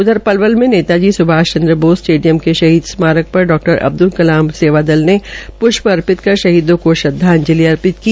उधर पलवल में Netaji Subhash Chandra Bose stadium के शहीद स्मारक पर डा अब्दुल कलाम सेवादल ने पृष्प अर्पित कर शहीदो को श्रदवाजंलि अर्पित की